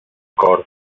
cor